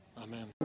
Amen